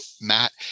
Matt